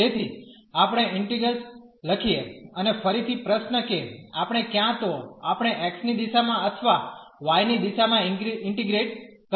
તેથી આપણે ઇન્ટિગ્રેલ્સ લખીએ અને ફરીથી પ્રશ્ન કે આપણે ક્યાં તો આપણે x ની દિશામાં અથવા y ની દિશામાં ઇન્ટીગ્રેટ કરી શકીએ